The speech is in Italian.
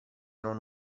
non